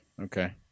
Okay